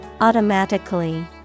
automatically